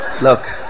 Look